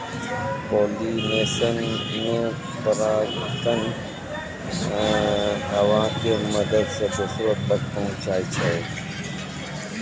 pollination मे परागकण हवा के मदत से दोसरो तक पहुचै छै